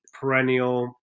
perennial